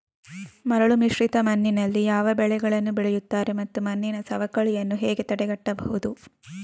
ಮರಳುಮಿಶ್ರಿತ ಮಣ್ಣಿನಲ್ಲಿ ಯಾವ ಬೆಳೆಗಳನ್ನು ಬೆಳೆಯುತ್ತಾರೆ ಮತ್ತು ಮಣ್ಣಿನ ಸವಕಳಿಯನ್ನು ಹೇಗೆ ತಡೆಗಟ್ಟಬಹುದು?